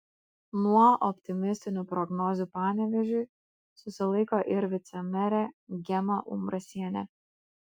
nuo optimistinių prognozių panevėžiui susilaiko ir vicemerė gema umbrasienė